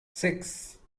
six